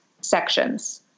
sections